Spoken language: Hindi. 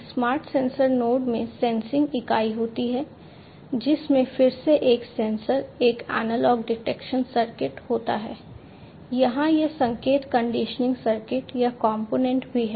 एक स्मार्ट सेंसर नोड में सेंसिंग भी है